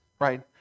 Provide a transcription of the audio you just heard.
right